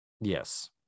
Yes